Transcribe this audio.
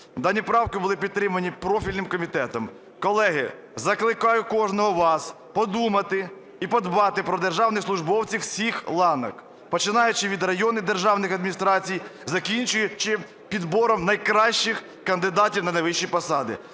Дані правки були підтримані профільним комітетом. Колеги, закликаю кожного з вас подумати і подбати про державних службовців всіх ланок, починаючи від районних державних адміністрацій, закінчуючи підбором найкращих кандидатів на найвищі посади.